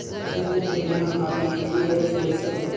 Chequebook के बिना RTGS कइसे होही?